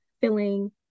filling